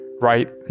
right